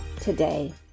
today